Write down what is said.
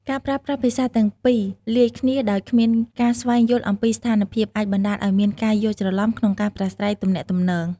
ការប្រើប្រាស់ភាសាទាំងពីរលាយគ្នាដោយគ្មានការស្វែងយល់អំពីស្ថានភាពអាចបណ្តាលឱ្យមានការយល់ច្រឡំក្នុងការប្រាស្រ័យទំនាក់ទំនង។